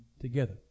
together